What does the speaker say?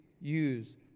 use